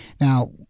Now